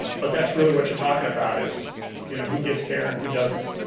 but that's really what you're talking about is you know who gets care and who doesn't?